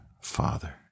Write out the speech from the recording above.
Father